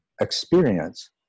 experience